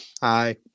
Hi